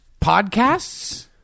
podcasts